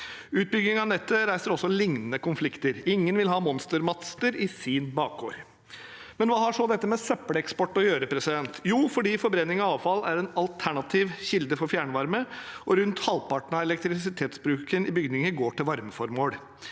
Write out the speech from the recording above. Utbygging av nettet reiser også lignende konflikter. Ingen vil ha monstermaster i sin bakgård. Hva har så dette med søppeleksport å gjøre? Jo, forbrenning av avfall er en alternativ kilde for fjernvarme, og rundt halvparten av elektrisitetsbruken i bygninger går til varmeformål.